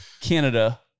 Canada